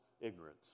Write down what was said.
Ignorance